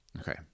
Okay